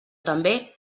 també